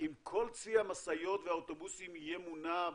אם כל צי המשאיות והאוטובוסים יהיה מונע,